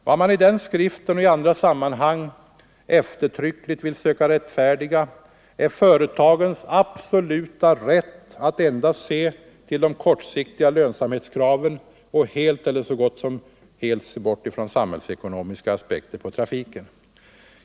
Vad man i denna skrift och i andra sammanhang eftertryckligt vill söka rättfärdiga är företagens absoluta rätt att endast se till de kortsiktiga lönsamhetskraven och helt eller så gott som helt se bort ifrån samhällsekonomiska aspekter på trafiken.